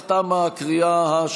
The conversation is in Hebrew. אם כך, תמה הקריאה השנייה,